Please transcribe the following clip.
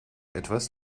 etwas